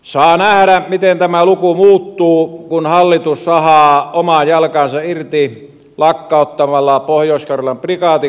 saa nähdä miten tämä luku muuttuu kun hallitus sahaa omaa jalkaansa irti lakkauttamalla pohjois karjalan prikaatin kontiolahdelta